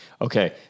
Okay